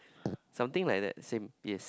something like that same yes